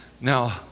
Now